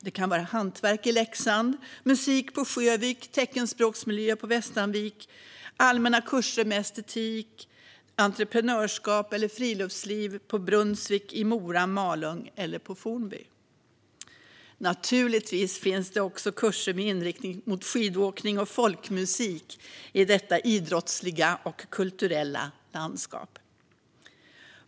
Det kan vara hantverk i Leksand, musik på Sjövik, teckenspråksmiljö på Västanvik eller allmänna kurser i estetik, entreprenörskap eller friluftsliv på Brunnsvik, i Mora eller Malung eller på Fornby. Naturligtvis finns också kurser med inriktning mot skidåkning och folkmusik i detta idrottsliga och kulturella landskap.